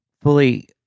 fully